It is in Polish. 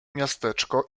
miasteczko